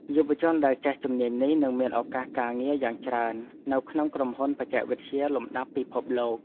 យុវជនដែលចេះជំនាញនេះនឹងមានឱកាសការងារយ៉ាងច្រើននៅក្នុងក្រុមហ៊ុនបច្ចេកវិទ្យាលំដាប់ពិភពលោក។